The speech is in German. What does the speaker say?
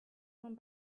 vom